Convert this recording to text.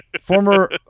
former